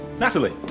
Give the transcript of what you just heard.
Natalie